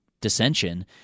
dissension